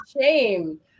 shame